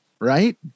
right